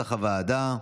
כנוסח הוועדה.